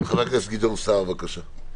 חבר הכנסת גדעון סער, בבקשה.